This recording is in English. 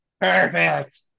Perfect